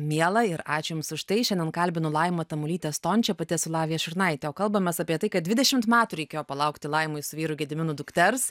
mielą ir ačiū jums už tai šiandien kalbinu laimą tamulytę stončę pati esu lavija šurnaitė o kalbamės apie tai kad dvidešim metų reikėjo palaukti laimai su vyru gediminu dukters